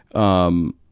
um,